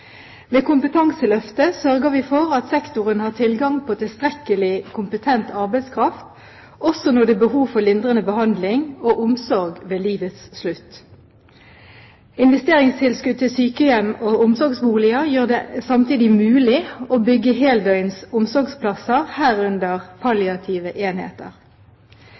ved livets slutt. Investeringstilskuddet til sykehjem og omsorgsboliger gjør det samtidig mulig å bygge heldøgns omsorgsplasser, herunder palliative enheter.